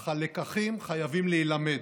אך הלקחים חייבים להילמד.